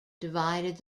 divided